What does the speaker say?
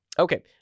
Okay